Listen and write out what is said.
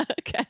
okay